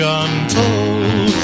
untold